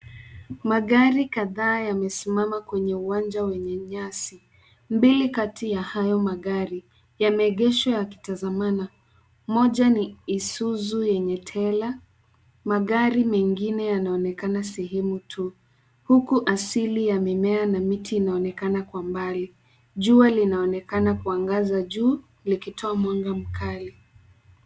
Magari kadhaa yamesimama kwenye uwanja wenye nyasi. Mbili kati ya hayo magari, yameegeshwa yakitazamana, moja ni Isuzu yenye trela, magari mengine yanaonekana sehemu tu. Huku asili ya mimea na miti inaonekana kwa mbali. Jua linaonekana kuangaza juu likitoa mwanga mkali.